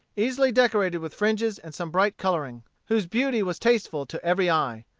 easily decorated with fringes and some bright coloring, whose beauty was tasteful to every eye.